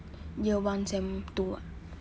year one sem two [what]